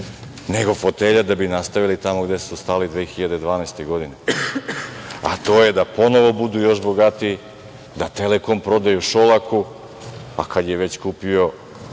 nego fotelja da bi nastavili tamo gde su stali 2012. godine, a to je da ponovo budu još bogatiji, da „Telekom“ prodaju Šolaku. Kad je već kupio